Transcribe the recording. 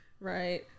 right